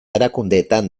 erakundeetan